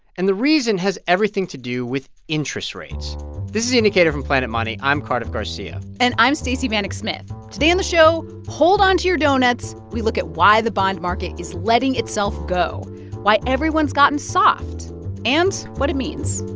and the reason has everything to do with interest rates this is the indicator from planet money. i'm cardiff garcia and i'm stacey vanek smith. today on the show, hold on to your doughnuts. we look at why the bond market is letting itself go why everyone's gotten soft and what it means